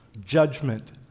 judgment